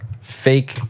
fake